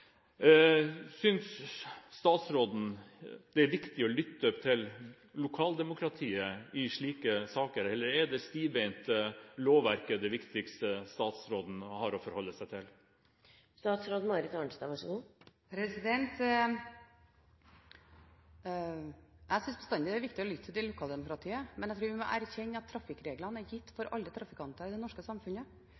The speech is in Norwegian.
statsråden det er viktig å lytte til lokaldemokratiet i slike saker, eller er et stivbeint lovverk det viktigste statsråden har å forholde seg til? Jeg synes bestandig det er viktig å lytte til lokaldemokratiet, men jeg tror vi må erkjenne at trafikkreglene er gitt for